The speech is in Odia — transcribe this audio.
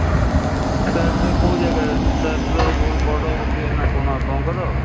ସୂତାହାଟରେ କେଉଁ ଜାଗାରେ ସୂତାହାଟ ତ ବହୁତ ବଡ଼ ଏରିଆ ନା କ'ଣ ଆପଣଙ୍କର